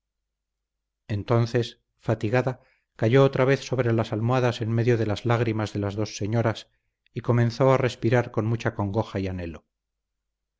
entonces fatigada cayó otra vez sobre las almohadas en medio de las lágrimas de las dos señoras y comenzó a respirar con mucha congoja y anhelo